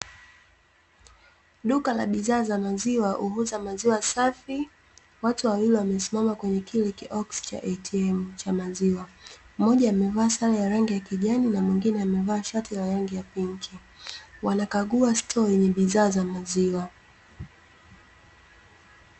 Duka la bidhaa za maziwa huuza maziwa safi, watu wawili wamesimama kwenye kile kioski cha ATM cha maziwa. Mmoja amevaa sare ya rangi ya kijani na mwingine amevaa shati la rangi ya pinki, wanakagua stoo yenye bidhaa za maziwa.